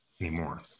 anymore